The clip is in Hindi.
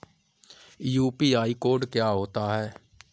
यू.पी.आई कोड क्या होता है?